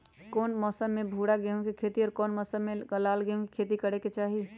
कौन मौसम में भूरा गेहूं के खेती और कौन मौसम मे लाल गेंहू के खेती करे के चाहि?